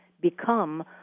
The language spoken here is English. Become